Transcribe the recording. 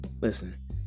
Listen